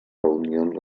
reunions